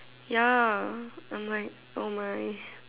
ya I'm like oh my